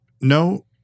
no